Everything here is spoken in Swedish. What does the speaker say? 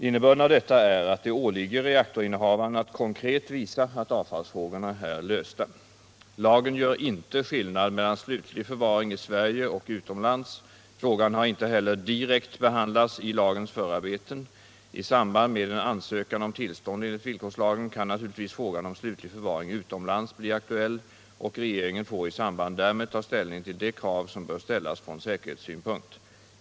Innebörden av detta är att det åligger reaktorinnehavaren att konkret visa att avfallsfrågorna är lösta. Lagen gör inte skillnad mellan slutlig förvaring i Sverige och utomlands. Frågan har inte heller direkt behandlats i lagens förarbeten. I samband med en ansökan om tillstånd enligt villkorslagen kan naturligtvis frågan om slutlig förvaring utomlands bli aktuell, och regeringen får i samband därmed ta ställning till de krav som bör ställas från säkerhetssynpunkt.